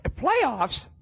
Playoffs